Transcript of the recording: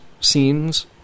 scenes